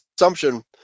assumption